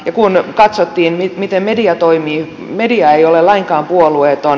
ja kun katsottiin miten media toimii niin media ei ole lainkaan puolueeton